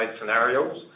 scenarios